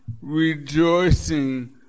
rejoicing